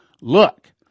Look